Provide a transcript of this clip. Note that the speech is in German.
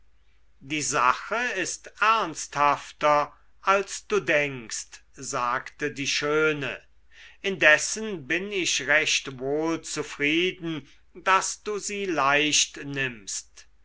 die sache ist ernsthafter als du denkst sagte die schöne indessen bin ich recht wohl zufrieden daß du sie leicht nimmst